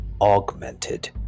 augmented